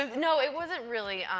and no, it wasn't really